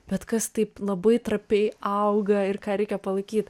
bet kas taip labai trapiai auga ir ką reikia palaikyt